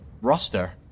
roster